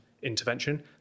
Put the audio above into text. intervention